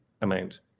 amount